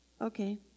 Okay